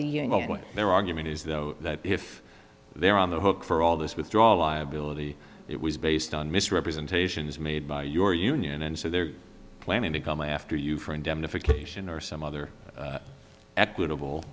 that if they're on the hook for all this withdrawal liability it was based on misrepresentations made by your union and so they're planning to come after you for indemnification or some other equitable